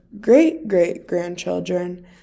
great-great-grandchildren